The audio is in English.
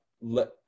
let